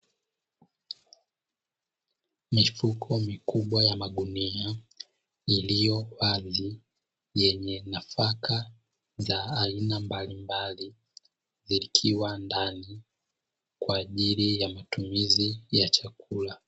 Mifuko mikubwa ya magunia iliyo wazi, yenye nafaka za aina mbalimbali ilikiwa ndani kwaajili ya matumizi ya chakula.